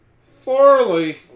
Farley